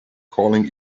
calling